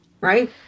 right